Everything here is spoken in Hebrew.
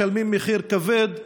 משלמים מחיר כבד.